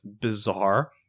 bizarre